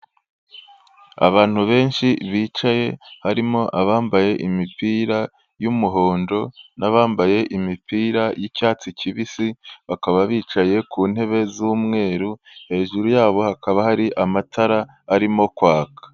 Abantu benshi bicaye harimo abambaye imipira y'umuhondo n'abambaye imipira y'icyatsi kibisi, bakaba bicaye ku ntebe z'umweru hejuru yabo hakaba hari amatara arimo kwaka.